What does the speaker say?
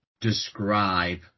describe